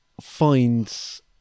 finds